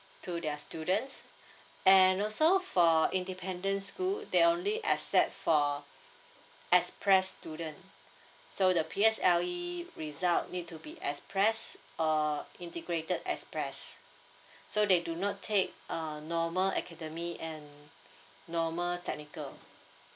to their students and also for independent school they only accept for express student so the P_S_L_E result need to be express or integrated express so they do not take a normal academy and normal technical